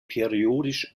periodisch